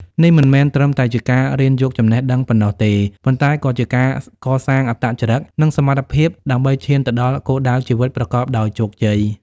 នេះមិនមែនត្រឹមតែជាការរៀនយកចំណេះដឹងប៉ុណ្ណោះទេ ប៉ុន្តែក៏ជាការកសាងអត្តចរិត និងសមត្ថភាពដើម្បីឈានទៅដល់គោលដៅជីវិតប្រកបដោយជោគជ័យ។